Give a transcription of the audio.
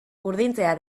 urdintzea